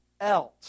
else